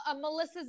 melissa's